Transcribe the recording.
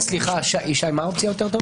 סליחה, מה האופציה היותר טובה?